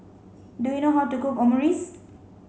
do you know how to cook Omurice